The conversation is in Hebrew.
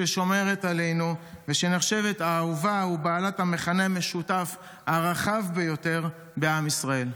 ששומרת עלינו ושנחשבת האהובה ובעלת המכנה המשותף הרחב ביותר בעם ישראל.